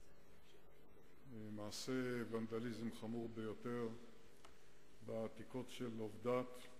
מעשה ונדליזם חמור ביותר בעתיקות של עבדת.